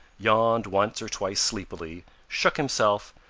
yawned once or twice sleepily, shook himself,